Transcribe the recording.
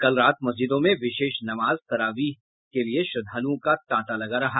कल रात मस्जिदों में विशेष नमाज तरावीह के लिए श्रद्धालुओं का तांता लगा रहा